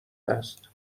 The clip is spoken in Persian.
است